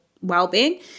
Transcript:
well-being